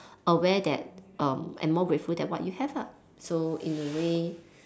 aware that um and more grateful than what you have ah so in a way